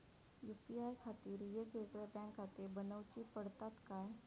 UPI खातीर येगयेगळे बँकखाते बनऊची पडतात काय?